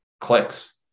clicks